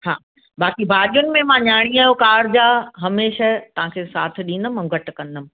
हा बाक़ी भाॼियुनि में न्याणीअ जो कार्ज आहे हमेशह तव्हांखे साथ ॾींदमि ऐं घटि कंदमि